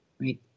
right